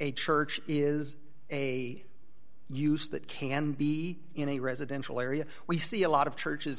a church is a use that can be in a residential area we see a lot of churches